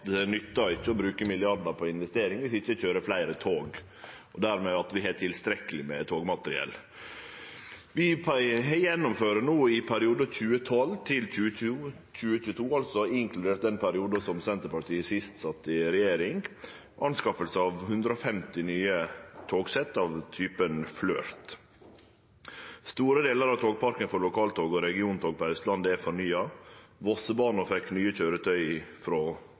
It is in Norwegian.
ikkje å bruke milliardar på investering viss det ikkje køyrer fleire tog, og dermed at vi har tilstrekkeleg med togmateriell. Vi gjennomfører no i perioden 2012–2022, altså inkludert den perioden som Senterpartiet sist sat i regjering, anskaffing av 150 nye togsett av typen Flirt. Store delar av togparken for lokaltog og regiontog på Austlandet er fornya, Vossebanen fekk nye køyretøy frå 2018, og frå